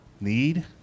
Need